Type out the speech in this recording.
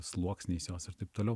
sluoksniais jos ir taip toliau